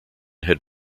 had